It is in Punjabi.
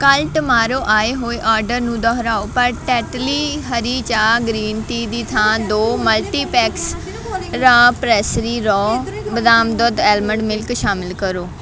ਕੱਲ੍ਹ ਟੁਮਾਰੋ ਆਏ ਹੋਏ ਆਰਡਰ ਨੂੰ ਦੁਹਰਾਓ ਪਰ ਟੈਟਲੀ ਹਰੀ ਚਾਹ ਗ੍ਰੀਨ ਟੀ ਦੀ ਥਾਂ ਦੋ ਮਲਟੀਪੈਕਸ ਰਾ ਪ੍ਰੈਸਰੀ ਰਾ ਬਦਾਮ ਦੁੱਧ ਐਲਮੰਡ ਮਿਲਕ ਸ਼ਾਮਲ ਕਰੋ